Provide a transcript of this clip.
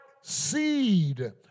seed